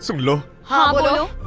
so hello. ah hello.